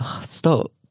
Stop